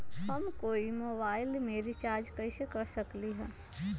हम कोई मोबाईल में रिचार्ज कईसे कर सकली ह?